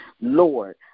Lord